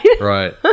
right